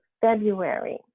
February